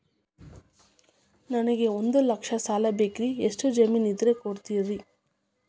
ನನಗೆ ಒಂದು ಲಕ್ಷ ಸಾಲ ಬೇಕ್ರಿ ಎಷ್ಟು ಜಮೇನ್ ಇದ್ರ ಕೊಡ್ತೇರಿ?